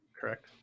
correct